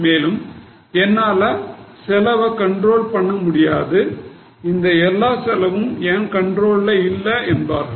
மேலும் என்னால செலவு கண்ட்ரோல் பண்ண முடியாது இந்த எல்லா செலவும் என் கண்ட்ரோல்ல இல்லை என்பார்கள்